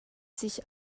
sich